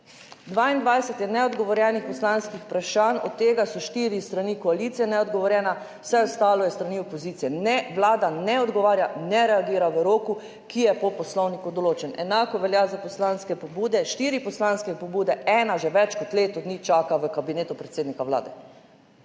je neodgovorjenih poslanskih vprašanj, od tega so štiri s strani koalicije neodgovorjena, vse ostalo je s strani opozicije. Vlada ne odgovarja, ne reagira v roku, ki je po poslovniku določen. Enako velja za poslanske pobude, štiri poslanske pobude, ena že več kot leto dni čaka v Kabinetu predsednika vlade.